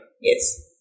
Yes